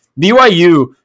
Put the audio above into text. byu